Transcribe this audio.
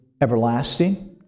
everlasting